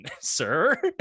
sir